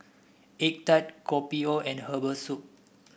egg tart Kopi O and Herbal Soup